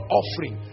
offering